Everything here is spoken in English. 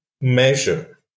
measure